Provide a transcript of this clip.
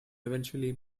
eventually